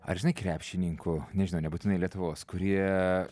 ar žinai krepšininkų nežinau nebūtinai lietuvos kurie